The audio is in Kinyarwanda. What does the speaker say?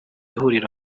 huriro